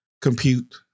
compute